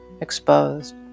exposed